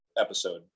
episode